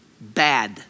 bad